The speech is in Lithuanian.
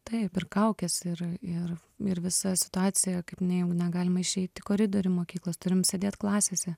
taip ir kaukės ir ir ir visa situacija kaip nejau negalima išeit į koridorių mokyklos turim sėdėt klasėse